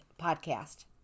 podcast